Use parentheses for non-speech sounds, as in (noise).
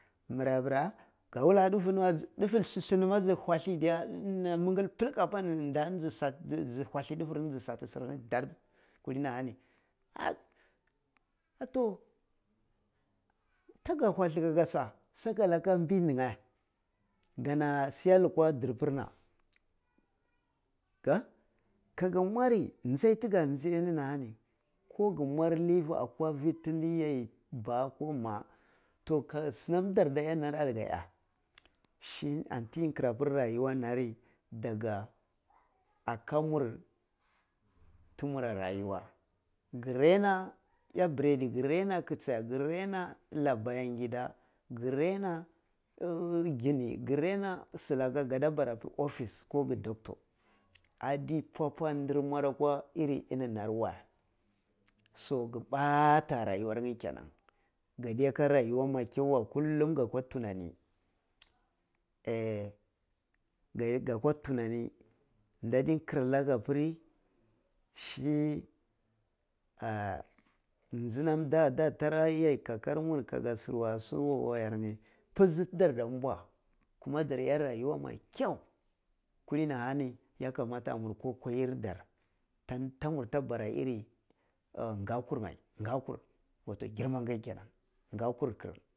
Mira fore kawula ndufu ni wey ndufu ni lilini ma ji walli diya inini mingil bilik apaninda ini ji sati ji walle ndife ni ji sati sir ni de kulini akani ah ah tuh taka walli aga sa, saka laka nbi nika gana siga lukuura dirpir n aka kaya mwari njai tika jai mini ah hani ko gi mwan ah yifi akwa fi tini yai ba ko ma toh ka sinam tidamiya nar aga da iya shi an ti kirapir rayuwa narl dagu aka muritu nwa rayuwa gi raina la bangida, gi raina (hesitation) ghini gi raina silaka ga da barapir office koh gi doctor addi pwa pwa dir mwara war iri ini ni ar we so gi pata rayuwar nye kenan kade ka rayuwa mai kiyan weh kullum ga kwa tunani a gakwa tunani ndadi kirana ga apiri shi ah nji nam dada tara yei kakar muryi ka ga shir wasu war yar ni pizi tidara nbwa kum a dar iya raguwe mai kiyau kulini ah ani yakamata amur kwsi kayir dar dan tamur ta bara iri ngakur, ngakur aedo girman kai kenan ngakur wato girman kai kenen bakur.